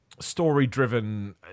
story-driven